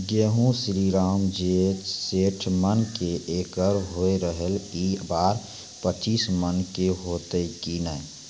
गेहूँ श्रीराम जे सैठ मन के एकरऽ होय रहे ई बार पचीस मन के होते कि नेय?